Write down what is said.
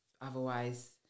Otherwise